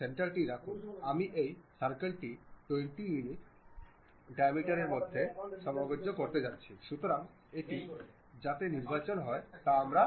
তাই আমি এগিয়ে গেলাম বিপরীত দিকটি কাটা গভীরতার হতে পারে আমি এটি 20 ইউনিটের মতো কিছু করতে চাই এবং তারপরে ওকে ক্লিক করুন